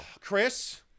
Chris